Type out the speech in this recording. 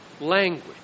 language